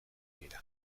dira